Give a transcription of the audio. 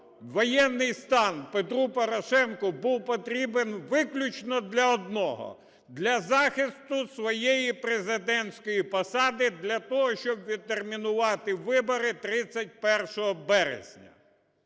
воєнний стан Петру Порошенку був потрібен виключно для одного – для захисту своєї президентської посади, для того, щоб відтермінувати вибори 31 березня.